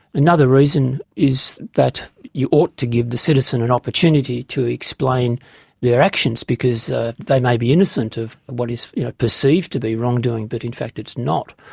another reason is that you ought to give the citizen an opportunity to explain their actions because they may be innocent of what is perceived to be wrongdoing but in fact it is not.